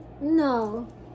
No